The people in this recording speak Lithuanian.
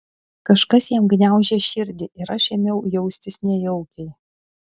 kažkas jam gniaužė širdį ir aš ėmiau jaustis nejaukiai